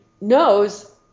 knows